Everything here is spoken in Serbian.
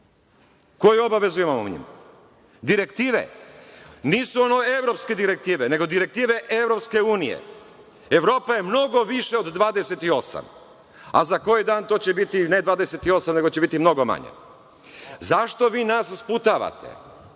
Koju obavezu imamo mi njima? Direktive, nisu ono evropske direktive, nego direktive EU. Evropa je mnogo više od 28, a za koji dan to će biti ne 28, nego će biti mnogo manje.Zašto vi nas sputavate?